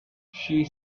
she